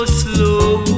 slow